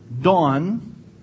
dawn